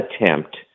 attempt